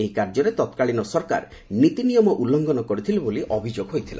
ଏହି କାର୍ଯ୍ୟରେ ତତ୍କାଳୀନ ସରକାର ନୀତିନିୟମ ଉଲୁଙ୍ଘନ କରିଥିଲେ ବୋଲି ଅଭିଯୋଗ ହୋଇଥିଲା